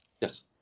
Yes